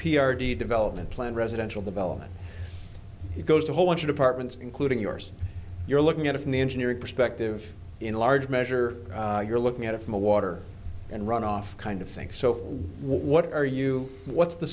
t development plan residential development he goes to a whole bunch of apartments including yours you're looking at it from the engineering perspective in large measure you're looking at it from a water and runoff kind of thing so what are you what's the